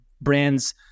brands